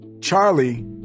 Charlie